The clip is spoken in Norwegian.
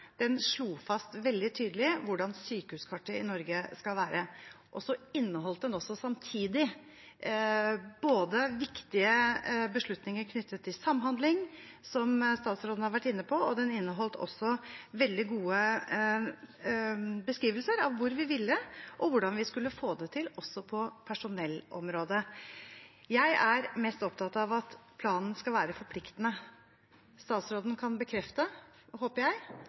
inneholdt samtidig både viktige beslutninger knyttet til samhandling – som statsråden har vært inne på – og veldig gode beskrivelser av hvor vi ville, og hvordan vi skulle få det til også på personellområdet. Jeg er mest opptatt av at planen skal være forpliktende. Jeg håper at statsråden kan bekrefte